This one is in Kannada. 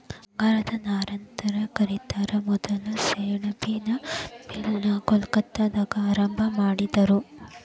ಬಂಗಾರದ ನಾರಂತ ಕರಿತಾರ ಮೊದಲ ಸೆಣಬಿನ್ ಮಿಲ್ ನ ಕೊಲ್ಕತ್ತಾದಾಗ ಆರಂಭಾ ಮಾಡಿದರು